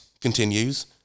continues